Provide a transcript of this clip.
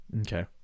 Okay